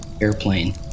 airplane